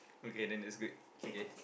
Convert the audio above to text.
okay then that's good okay